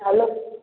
hello